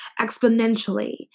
exponentially